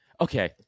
Okay